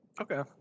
Okay